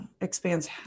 expands